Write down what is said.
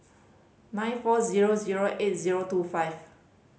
nine four zero zero eight zero two five